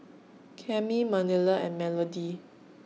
Cami Manilla and Melodie